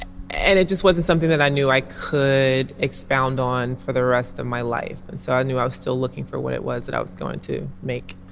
and it just wasn't something that i knew i could expound on for the rest of my life. and so i knew i was still looking for what it was that i was going to make